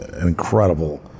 incredible